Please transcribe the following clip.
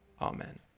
Amen